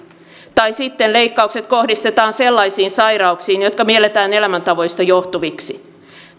tai sitten leikkaukset kohdistetaan sellaisiin sairauksiin jotka mielletään elämäntavoista johtuviksi